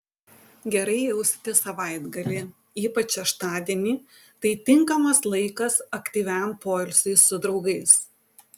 gerai jausitės savaitgalį ypač šeštadienį tai tinkamas laikas aktyviam poilsiui su draugais